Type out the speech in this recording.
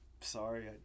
sorry